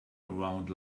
around